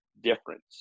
difference